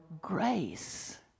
grace